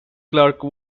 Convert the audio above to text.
clarke